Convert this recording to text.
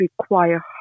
require